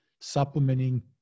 supplementing